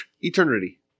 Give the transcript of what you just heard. eternity